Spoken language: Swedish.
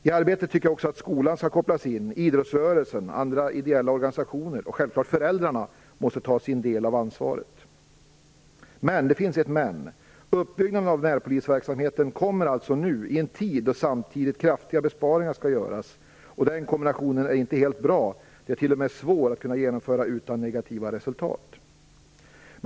I arbetet tycker jag också att skolan skall kopplas in, liksom idrottsrörelsen och andra ideella organisationer, och självklart måste föräldrarna ta sin del av ansvaret. Men det finns ett men. Uppbyggnaden av närpolisverksamheten kommer i en tid då även kraftiga besparingar skall göras. Den kombinationen är inte helt bra, den är t.o.m. svår att genomföra utan negativa resultat.